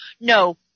No